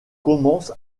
commence